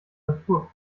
natur